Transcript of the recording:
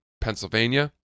pennsylvania